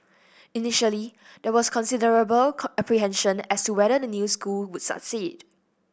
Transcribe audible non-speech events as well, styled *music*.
initially there was considerable *unintelligible* apprehension as to whether the new school would succeed